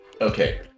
okay